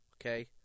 okay